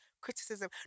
criticism